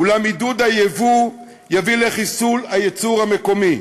אולם עידוד הייבוא יביא לחיסול הייצור המקומי.